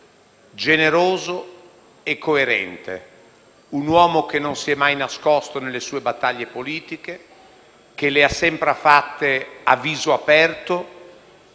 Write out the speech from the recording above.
generoso e coerente; un uomo che non si è mai nascosto nelle sue battaglie politiche, che le ha sempre fatte a viso aperto,